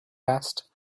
asked